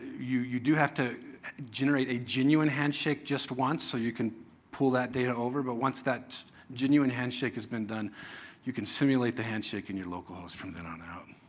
you you do have to generate a genuine handshake just once so you can pull that data over, but once that genuine handshake has been done you can simulate the handshake in your localhost from then on out,